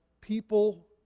people